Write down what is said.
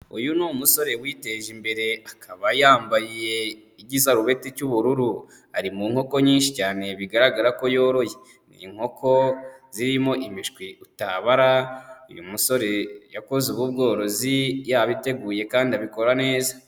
Uyu ni umusore witeje imbere akaba yambaye igisarubeti cy'ubururu, ari mu nkoko nyinshi cyane bigaragara ko yoroye, ni inkoko zirimo imishwi utabara, uyu musore yakoze ubu bworozi yabiteguye kandi abikora neza.